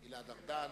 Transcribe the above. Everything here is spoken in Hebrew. גלעד ארדן.